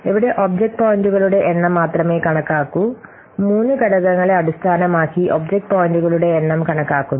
ഇവിടെ ഒബ്ജക്റ്റ് പോയിന്റുകളുടെ എണ്ണം മാത്രമേ കണക്കാക്കൂ മൂന്ന് ഘടകങ്ങളെ അടിസ്ഥാനമാക്കി ഒബ്ജക്റ്റ് പോയിന്റുകളുടെ എണ്ണം കണക്കാക്കുന്നു